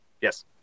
Yes